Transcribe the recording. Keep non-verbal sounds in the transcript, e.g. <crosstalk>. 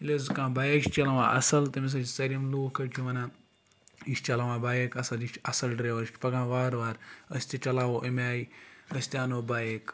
ییٚلہِ حظ کانٛہہ بایِک چھِ چَلاوان اَصٕل تٔمِس حظ چھِ سٲری یِم لوٗکھ <unintelligible> وَنان یہِ چھِ چَلاوان بایِک اَصٕل یہِ چھِ اَصٕل ڈرٛیوَر یہِ چھِ پَکان وارٕ وارٕ أسۍ تہِ چَلاوَو اَمہِ آیہِ أسۍ تہِ اَنو بایِک